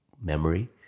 memory